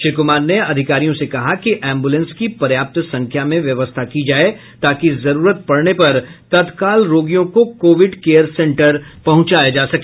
श्री कुमार ने अधिकारियों से कहा कि एम्बुलेंस की पर्याप्त संख्या में व्यवस्था की जाये ताकि जरूरत पड़ने पर तत्काल रोगियों को कोविड केयर सेंटर पहुंचाया जा सके